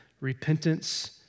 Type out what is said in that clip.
repentance